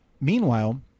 Meanwhile